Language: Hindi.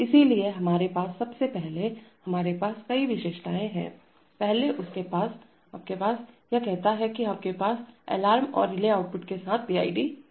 इसलिए हमारे पास सबसे पहले हमारे पास कई विशेषताएं हैं पहले उसके पास आपके पास यह कहता है कि आपके पास अलार्म और रिले आउटपुट के साथ पीआईडी है